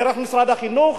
דרך משרד החינוך,